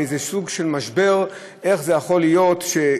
באיזה סוג של משבר: איך זה יכול להיות שקשרי